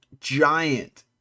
giant